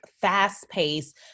fast-paced